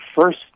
first